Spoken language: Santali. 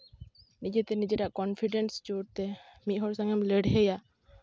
ᱱᱤᱡᱮᱛᱮ ᱱᱤᱡᱮᱨᱟᱜ ᱠᱚᱱᱯᱷᱤᱰᱮᱱᱥ ᱡᱳᱨᱛᱮ ᱢᱤᱫ ᱦᱚᱲ ᱥᱟᱶ ᱮᱢ ᱞᱟᱹᱲᱦᱟᱹᱭᱟ